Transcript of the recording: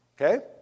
Okay